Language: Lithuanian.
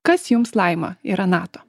kas jums laima yra nato